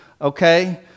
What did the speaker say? okay